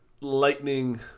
Lightning